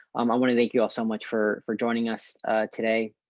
um i want to thank you all so much for for joining us today